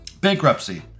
bankruptcy